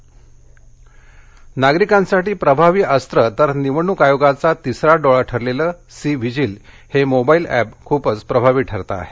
निवडणक विशेष नागरिकांसाठी प्रभावी अस्त्र तर निवडणूक आयोगाचा तिसरा डोळा ठरलेलं सी विजील हे मोबाईल एप खूपच प्रभावी ठरत आहे